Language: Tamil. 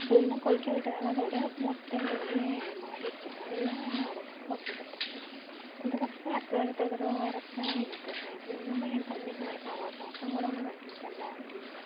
அப்படி இன்னும் கொதிக்க விட்டதால் அதோடய மொத்த இதுவுமே மாறிடுச்சி அது தான் நான் ரொம்ப சொதப்புனது அதுக்கப்பறம் அடுத்து அடுத்த தடவ வரப்போ எனக்கு சே சின்னமும் என் தம்பி கலாய்ப்பான் ஒர் ரசம் கூட உனக்கு வைக்க தெரில அப்படின்னு